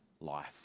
life